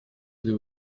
для